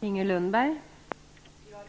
Fru talman! Jag